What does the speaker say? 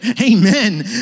Amen